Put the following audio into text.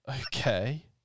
Okay